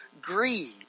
greed